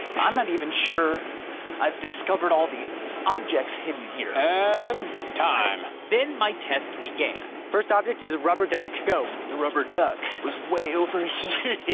i'm not even sure i've discovered all the objects hidden here. and time. then my test began. first object is a rubber duck, go. the rubber duck was way over here.